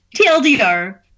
TLDR